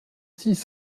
six